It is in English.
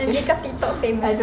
you become TikTok famous